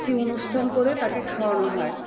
একটি অনুষ্ঠান করে তাকে খাওয়ানো হয়